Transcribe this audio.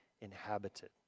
inhabited